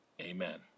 Amen